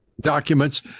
documents